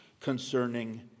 concerning